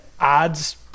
odds